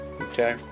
Okay